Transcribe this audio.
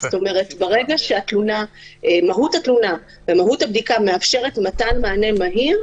ברגע שמהות התלונה ומהות הבדיקה מאפשרת מתן מענה מהיר,